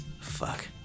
Fuck